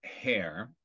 hair